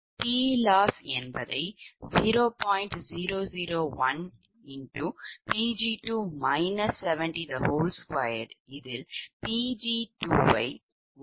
0012இதில் 𝑃𝑔2 159